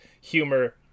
humor